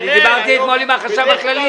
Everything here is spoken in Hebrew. אני דיברתי אתמול עם החשב הכללי.